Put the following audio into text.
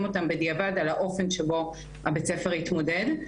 אותן בדיעבד על האופן שבו בית הספר התמודד.